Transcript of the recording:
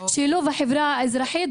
שילוב החברה האזרחית,